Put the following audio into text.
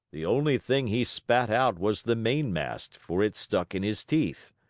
the only thing he spat out was the main-mast, for it stuck in his teeth.